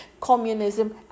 Communism